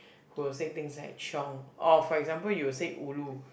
who will say things like chiong or for example you will say ulu